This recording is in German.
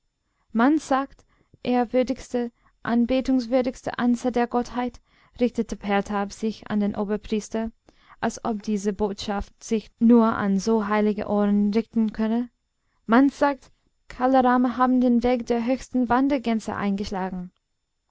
man sagt ehrwürdigster anbetungswürdigster ansa der gottheit richtete pertab sich an den oberpriester als ob diese botschaft sich nur an so heilige ohren richten könne man sagt kala rama habe den weg der höchsten wandergänse eingeschlagen